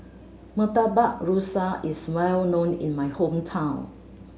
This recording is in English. Murtabak Rusa is well known in my hometown